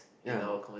ya